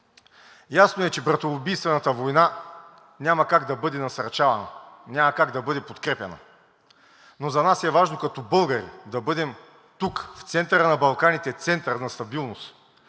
Ясно е, че братоубийствената война няма как да бъде насърчавана. Няма как да бъде подкрепяна. Но за нас е важно като българи да бъдем тук – в центъра на Балканите, център на стабилност.